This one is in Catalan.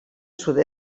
sud